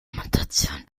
mutation